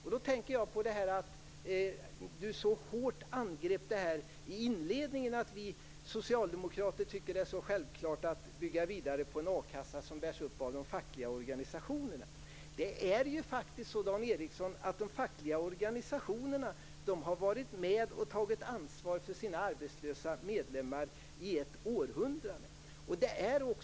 Jag tänker på att Dan Ericsson i inledningen så hårt angrep att vi socialdemokrater tycker att det är så självklart att bygga vidare på en a-kassa som bärs upp av de fackliga organisationerna. Dan Ericsson! De fackliga organisationerna har faktiskt varit med och tagit ansvar för sina arbetslösa medlemmar i ett århundrade.